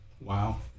Wow